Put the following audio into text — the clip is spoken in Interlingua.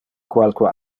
qualque